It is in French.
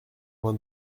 vingt